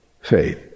faith